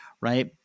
Right